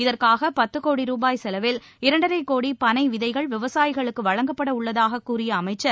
இதற்காக பத்து கோடி ரூபாய் செலவில் இரண்டரை கோடி பனை விதைகள் விவசாயிகளுக்கு வழங்கப்பட உள்ளதாக கூறிய அமைச்சர்